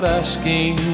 asking